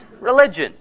religion